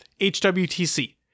HWTC